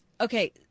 Okay